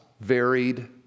varied